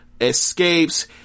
escapes